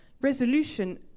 Resolution